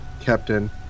Captain